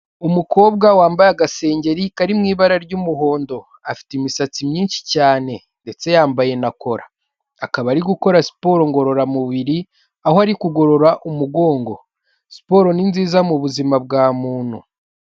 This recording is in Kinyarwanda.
Umukobwa wambaye agasengengeri kari mu ibara ry'umuhondo, afite imisatsi myinshi cyane ndetse yambaye na cora, akaba ari gukora siporo ngororamubiri aho ari kugorora umugongo. Siporo ni nziza mu buzima bwa muntu.